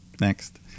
Next